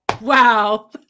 Wow